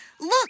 look